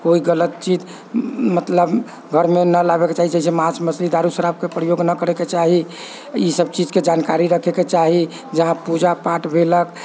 कोइ गलत चीज मतलब घरमे न लाबयके चाही जैसे मांस मछली दारू शराबके प्रयोग नहि करयके चाही ईसभ चीजके जानकारी रखयके चाही जहाँ पूजा पाठ भेलक